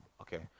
Okay